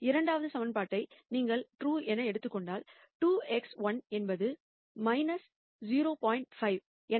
இரண்டாவது ஈகிவேஷன் நீங்கள் ட்ரூ என எடுத்துக் கொண்டால் 2x1 என்பது 0